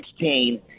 2016